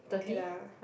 okay lah